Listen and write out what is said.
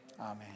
Amen